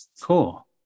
Cool